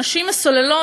נשים המסוללות,